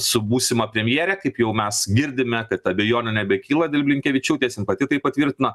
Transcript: su būsima premjere kaip jau mes girdime kad abejonių nebekyla dėl blinkevičiūtės jin pati tai patvirtino